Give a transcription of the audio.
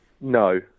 No